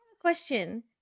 question